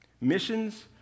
missions